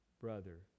brother